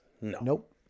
Nope